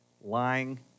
lying